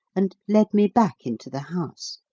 and led me back into the house.